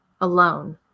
alone